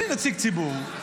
אני נציג ציבור,